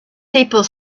people